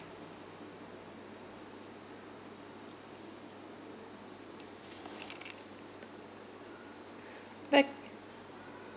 mac